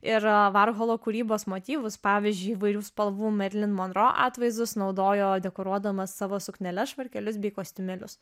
ir varholo kūrybos motyvus pavyzdžiui įvairių spalvų marilyn monroe atvaizdus naudojo dekoruodamas savo sukneles švarkelius bei kostiumėlius